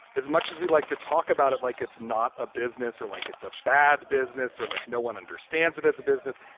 as much as we'd like to talk about it, like it's not a business or like it's a bad business or like no one understands it. it's a business.